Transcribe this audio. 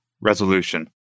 resolution